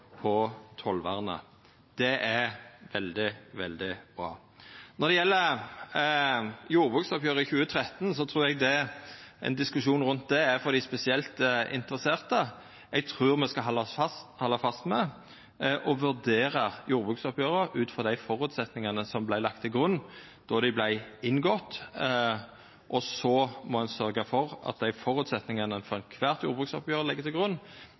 på tollvernet. Det er veldig bra. Når det gjeld jordbruksoppgjeret i 2013, trur eg ein diskusjon rundt det er for dei spesielt interesserte. Eg trur me skal halda fast ved å vurdera jordbruksoppgjeret ut frå dei føresetnadene som vart lagde til grunn då det vart inngått, og så må ein sørgja for at dei føresetnadene ein før kvart jordbruksoppgjer legg til grunn,